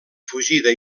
fugida